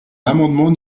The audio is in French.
l’amendement